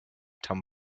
tom